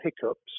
hiccups